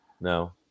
No